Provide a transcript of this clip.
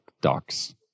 docs